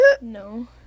No